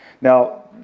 Now